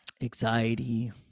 anxiety